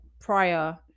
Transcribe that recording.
prior